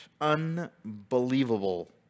Unbelievable